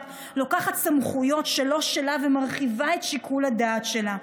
לוקחת סמכויות שלא שלה ומרחיבה את שיקול הדעת שלה,